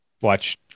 watch